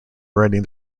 writing